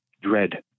dread